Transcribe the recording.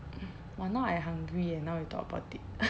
!wah! now I hungry eh now we talk about it